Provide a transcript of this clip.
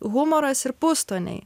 humoras ir pustoniai